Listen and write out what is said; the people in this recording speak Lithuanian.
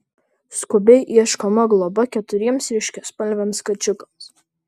skubiai ieškoma globa keturiems ryškiaspalviams kačiukams